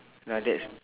ah that's